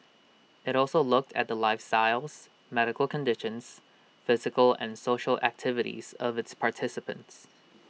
IT also looked at the lifestyles medical conditions physical and social activities of its participants